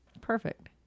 Perfect